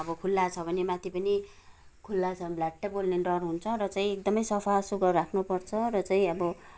अब खुला छ भने माथि पनि खुला छ भने भ्ल्याट्टै बल्ने डर हुन्छ र चाहिँ एकदमै सफासुग्घर राख्नुपर्छ र चाहिँ अब